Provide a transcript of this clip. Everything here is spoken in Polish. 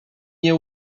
nie